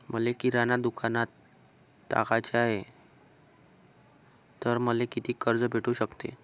मले किराणा दुकानात टाकाचे हाय तर मले कितीक कर्ज भेटू सकते?